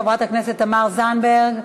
חברת הכנסת תמר זנדברג,